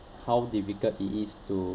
how difficult it is to